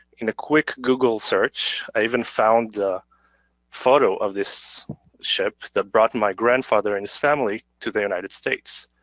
in a quick google search i even found the photo of this ship that brought my grandfather and his family to the united states.